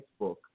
Facebook